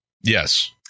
yes